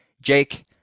jake